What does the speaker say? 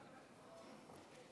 חבר הכנסת אייכלר אומר ועדת הכספים.